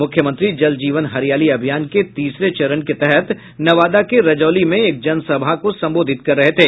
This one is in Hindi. मुख्यमंत्री जल जीवन हरियाली अभियान के तीसरे चरण के तहत नवादा के रजौली में एक जनसभा को संबोधित कर रहे थे